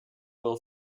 will